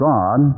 God